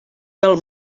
del